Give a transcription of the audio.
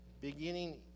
Beginning